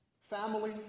family